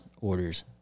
orders